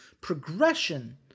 progression